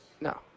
No